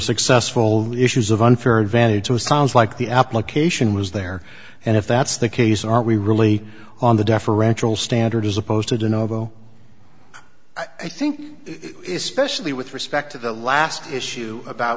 successful use of unfair advantage to sounds like the application was there and if that's the case are we really on the deferential standard as opposed to do novo i think specially with respect to the last issue about